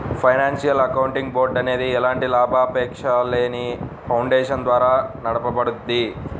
financial accounting board అనేది ఎలాంటి లాభాపేక్షలేని ఫౌండేషన్ ద్వారా నడపబడుద్ది